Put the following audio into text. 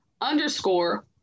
underscore